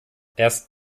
erst